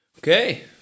Okay